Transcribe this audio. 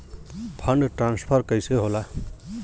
Fund transfer कैसे होला?